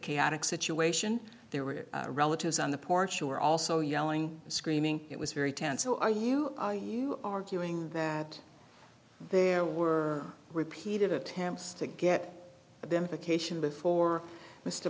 chaotic situation there were relatives on the porch were also yelling and screaming it was very tense so are you are you arguing that there were repeated attempts to get them to cation before mr